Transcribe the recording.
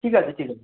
ঠিক আছে ঠিক আছে